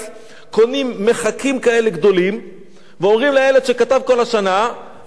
קונים מחקים כאלה גדולים ואומרים לילד שכתב כל השנה: חביבי,